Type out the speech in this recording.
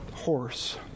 horse